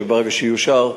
וברגע שהוא יאושר,